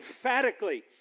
Emphatically